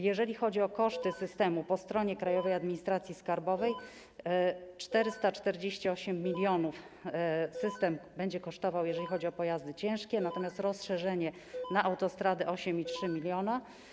Jeżeli chodzi o koszty systemu po stronie Krajowej Administracji Skarbowej, 448 mln system będzie kosztował, jeżeli chodzi o pojazdy ciężkie, natomiast rozszerzenie na autostrady to 8,3 mln.